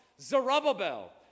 Zerubbabel